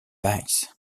weiss